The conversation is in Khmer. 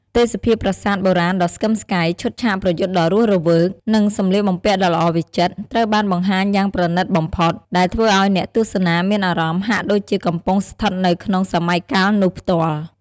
ទេសភាពប្រាសាទបុរាណដ៏ស្កឹមស្កៃ ឈុតឆាកប្រយុទ្ធដ៏រស់រវើក និងសំលៀកបំពាក់ដ៏ល្អវិចិត្រ ត្រូវបានបង្ហាញយ៉ាងប្រណិតបំផុត ដែលធ្វើឲ្យអ្នកទស្សនាមានអារម្មណ៍ហាក់ដូចជាកំពុងស្ថិតនៅក្នុងសម័យកាលនោះផ្ទាល់។